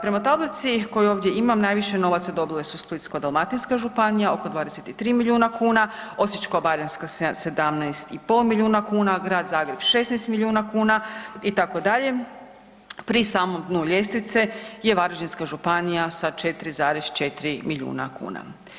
Prema tablici koju ovdje imam najviše novaca dobile su Splitsko-dalmatinska županija oko 23 milijuna kuna, Osječko-baranjska 17,5 milijuna kuna, Grad Zagreb 16 milijuna kuna itd., pri samom dnu ljestvice je Varaždinska županija sa 4,4 milijuna kuna.